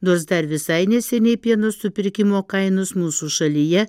nors dar visai neseniai pieno supirkimo kainos mūsų šalyje